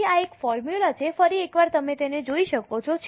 તેથી આ એક ફોર્મ્યુલા છે ફરી એકવાર તમે તેને જોઈ શકો છો